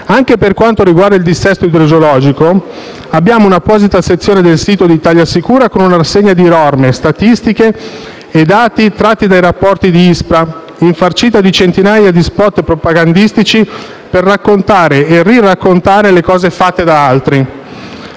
Anche per quanto riguarda il dissesto idrogeologico, abbiamo un'apposita sezione del sito di ItaliaSicura con una rassegna di norme statistiche e di dati tratti dai rapporti di ISPRA, infarcita di centinaia di *spot* propagandistici per raccontare e riraccontare le cose fatte da altri,